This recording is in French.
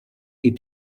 est